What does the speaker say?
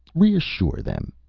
reassure them!